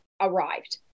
arrived